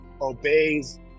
obeys